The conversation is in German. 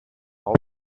raum